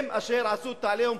הם אשר עשו את ה"עליהום"